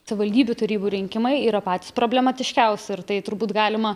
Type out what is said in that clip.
savivaldybių tarybų rinkimai yra patys problematiškiausi ir tai turbūt galima